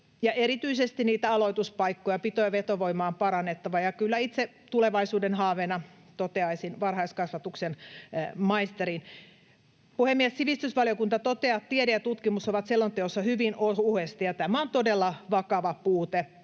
erityisesti niitä aloituspaikkoja: pito- ja vetovoimaa on parannettava. Ja kyllä itse tulevaisuuden haaveena toteaisin varhaiskasvatuksen maisterin. Puhemies! Sivistysvaliokunta toteaa, että tiede ja tutkimus ovat selonteossa hyvin ohuesti, ja tämä on todella vakava puute.